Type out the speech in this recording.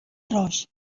arròs